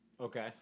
Okay